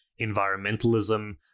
environmentalism